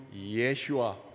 yeshua